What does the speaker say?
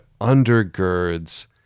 undergirds